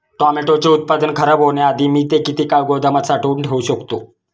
टोमॅटोचे उत्पादन खराब होण्याआधी मी ते किती काळ गोदामात साठवून ठेऊ शकतो?